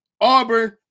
Auburn